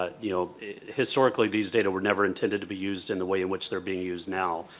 ah you know historically these data were never intended to be used in the way in which they're being used now.